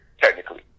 technically